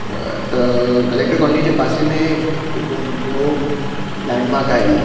त collector colony जे पासे में जेको ॿियो लैंडमार्क आहे